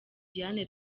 diane